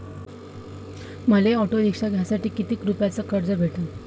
मले auto rickshaw घ्यासाठी कितीक रुपयाच कर्ज भेटनं?